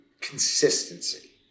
consistency